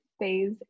phase